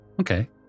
okay